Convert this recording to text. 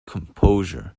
composure